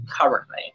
currently